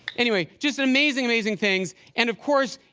anyway, just and amazing, amazing things. and of course,